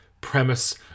premise